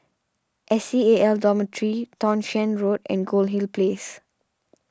S C A L Dormitory Townshend Road and Goldhill Place